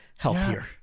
healthier